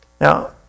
Now